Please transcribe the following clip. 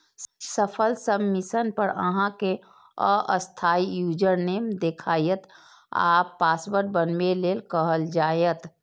सफल सबमिशन पर अहां कें अस्थायी यूजरनेम देखायत आ पासवर्ड बनबै लेल कहल जायत